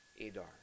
Adar